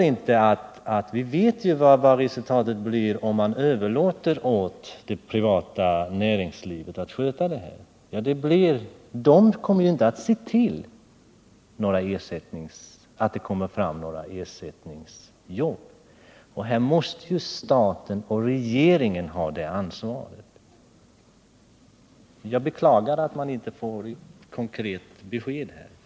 Vi vet vad resultatet blir om man överlåter åt det privata näringslivet att sköta frågan. Man kommer inte att se till att ersättningsjobb skapas. Här måste staten och regeringen ha ansvaret. Jag beklagar att vi inte får ett konkret besked.